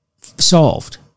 solved